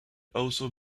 also